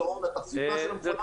ההון והתחזוקה של המכונה והתפעול שלה.